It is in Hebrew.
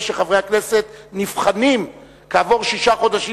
שחברי הכנסת נבחנים כעבור שישה חודשים,